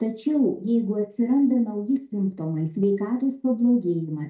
tačiau jeigu atsiranda nauji simptomai sveikatos pablogėjimas